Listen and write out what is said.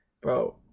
bro